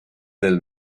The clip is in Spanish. del